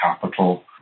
capital